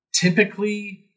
Typically